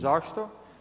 Zašto?